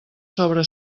sobre